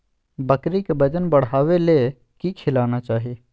बकरी के वजन बढ़ावे ले की खिलाना चाही?